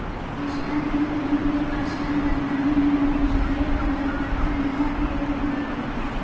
किसानन के काम के आसान बनावे में पहुंचावे वाला पट्टा नया खोज बाटे